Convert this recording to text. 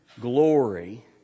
glory